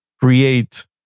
create